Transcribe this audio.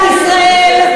במדינת ישראל,